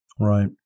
Right